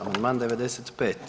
Amandman 95.